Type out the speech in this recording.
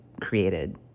created